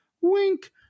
Wink